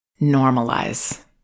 Normalize